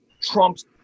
trump's